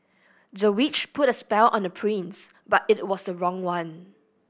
the witch put a spell on the prince but it was the wrong one